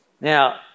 Now